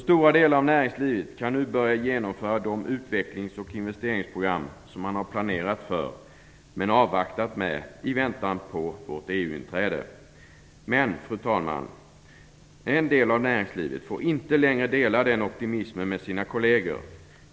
Stora delar av näringslivet kan nu börja genomföra de utvecklings och investeringsprogram som man har planerat för men avvaktat med i väntan på vårt EU Men, fru talman, en del av näringslivet får inte längre dela den optimismen med sina kolleger.